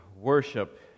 worship